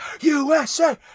USA